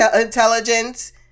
intelligence